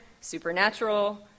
Supernatural